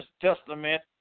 Testament